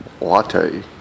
latte